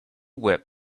whip